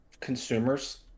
consumers